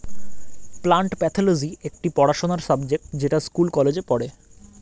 plant pathology একটি পড়াশোনার subject যেটা স্কুল কলেজে পড়ে